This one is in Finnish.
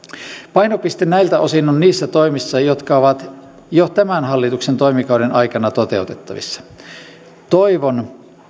painopiste näiltä osin on niissä toimissa jotka ovat jo tämän hallituksen toimikauden aikana toteutettavissa toivon